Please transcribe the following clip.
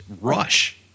Rush